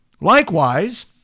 Likewise